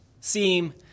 seem